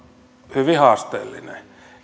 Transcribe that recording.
hyvin haasteellinen